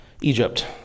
Egypt